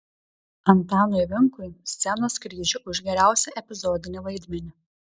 antanui vinkui scenos kryžių už geriausią epizodinį vaidmenį